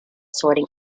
sorting